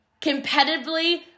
competitively